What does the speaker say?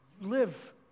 Live